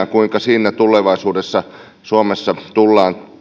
kuinka siinä tulevaisuudessa suomessa tullaan